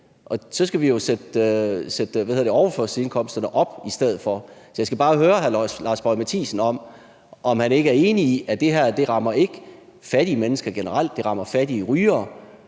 så skal vi jo sætte overførselsindkomsterne op i stedet for. Så jeg skal bare høre hr. Lars Boje Mathiesen om, om han ikke er enig i, at det her ikke rammer fattige mennesker generelt; det rammer fattige rygere,